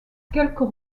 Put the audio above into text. quelques